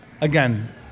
again